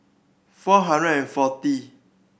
four hundred and forty